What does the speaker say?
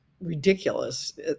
ridiculous